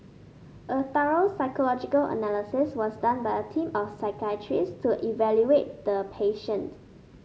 a thorough psychological analysis was done by a team of psychiatrists to evaluate the patient